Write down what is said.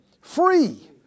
Free